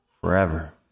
forever